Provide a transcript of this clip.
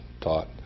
taught